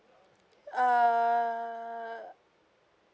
uh